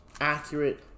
accurate